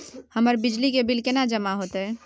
हमर बिजली के बिल केना जमा होते?